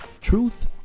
Truth